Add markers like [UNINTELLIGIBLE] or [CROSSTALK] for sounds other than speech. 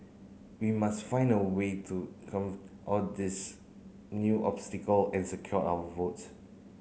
we must find a way to [UNINTELLIGIBLE] all these new obstacle and secure our votes